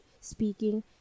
speaking